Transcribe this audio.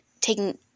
taking